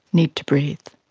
need to breathe.